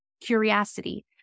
curiosity